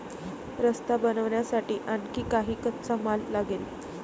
रस्ता बनवण्यासाठी आणखी काही कच्चा माल लागेल